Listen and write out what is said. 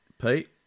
Pete